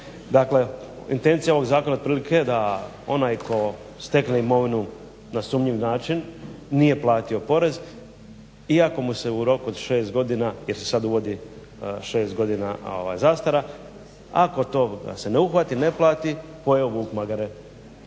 dakle intencija ovog zakona otprilike da onaj tko stekne imovinu na sumnjiv način nije platio porez iako mu se u roku od 6 godina, jer se sad uvodi 6 godina zastara, ako to ga se uhvati ne plati pojeo vuk magare.